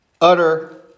utter